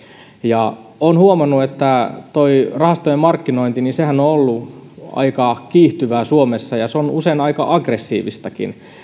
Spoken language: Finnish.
ja olen huomannut että rahastojen markkinointi on ollut aika kiihtyvää suomessa ja se on usein aika aggressiivistakin